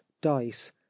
Dice